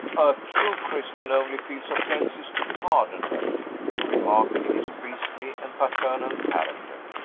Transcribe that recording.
a true christian only feels offenses to pardon them, he remarked, in his priestly and paternal character.